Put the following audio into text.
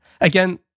again